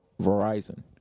Verizon